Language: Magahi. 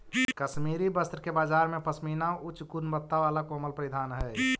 कश्मीरी वस्त्र के बाजार में पशमीना उच्च गुणवत्ता वाला कोमल परिधान हइ